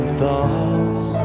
thoughts